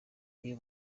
uyu